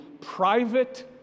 private